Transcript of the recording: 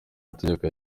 mategeko